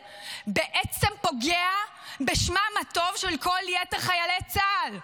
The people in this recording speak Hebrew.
בעצם פוגע בשמם הטוב של כל יתר חיילי צה"ל.